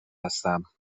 هستم